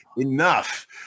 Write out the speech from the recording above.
enough